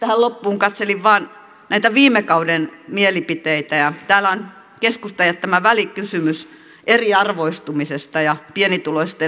tähän loppuun katselin vain näitä viime kauden mielipiteitä ja täällä on keskustan jättämä välikysymys eriarvoistumisesta ja pienituloisten toimeentulosta